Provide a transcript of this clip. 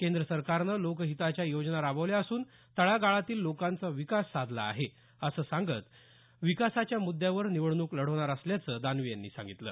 केंद्र सरकारनं लोकहितांच्या योजना राबवल्या असून तळागाळातील लोकांचा विकास साधला आहे असं सांगत विकासाच्या मुद्यावर निवडणूक लढवणार असल्याचं दानवे यांनी सांगितलं